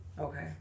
Okay